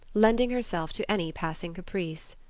lending herself to any passing caprice.